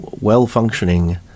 well-functioning